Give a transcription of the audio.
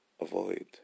avoid